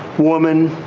woman,